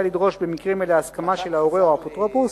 לדרוש במקרים אלה הסכמה של ההורה או האפוטרופוס.